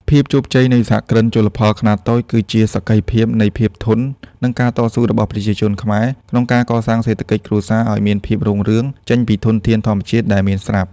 ភាពជោគជ័យនៃសហគ្រិនជលផលខ្នាតតូចគឺជាសក្ខីភាពនៃភាពធន់ និងការតស៊ូរបស់ប្រជាជនខ្មែរ ក្នុងការកសាងសេដ្ឋកិច្ចគ្រួសារឱ្យមានភាពរុងរឿងចេញពីធនធានធម្មជាតិដែលមានស្រាប់។